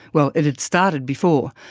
well, it had started before,